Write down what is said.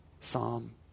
psalm